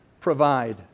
provide